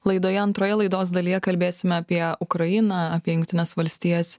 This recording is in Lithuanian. laidoje antroje laidos dalyje kalbėsime apie ukrainą apie jungtines valstijas